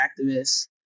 activists